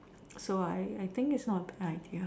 so I I think is not a bad idea